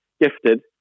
gifted